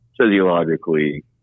physiologically